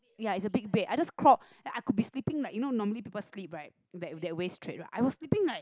ya it's a big bed I just crawled I could be sleeping like you know like normally people sleep right that that very straight right I was sleeping like